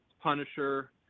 Punisher